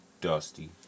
dusty